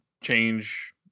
change